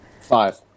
five